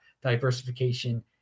Diversification